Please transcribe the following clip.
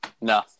No